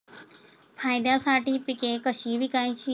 फायद्यासाठी पिके कशी विकायची?